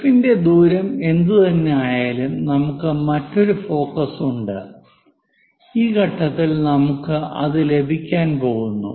എഫി ന്റെ ദൂരം എന്തുതന്നെയായാലും നമുക്ക് മറ്റൊരു ഫോക്കസ് ഉണ്ട് ഈ ഘട്ടത്തിൽ നമുക്ക് അത് ലഭിക്കാൻ പോകുന്നു